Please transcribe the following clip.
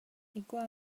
igual